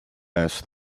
asked